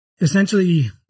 Essentially